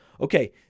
Okay